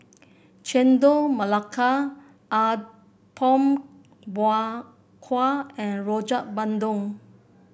Chendol Melaka Apom Berkuah and Rojak Bandung